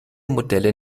modelle